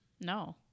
No